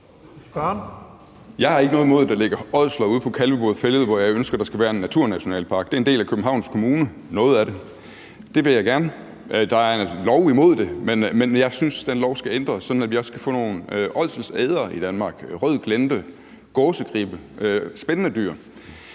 Jeg har ikke noget imod, der ligger ådsler ude på Kalvebod Fælled, hvor jeg ønsker der skal være en naturnationalpark, og hvor noget af det er en del af Københavns Kommune. Det vil jeg gerne. Der er en lov imod det, men jeg synes, den lov skal ændres, sådan at vi også kan få nogle ådselædere i Danmark: rød glente, gåsegribbe – spændende dyr.